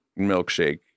milkshake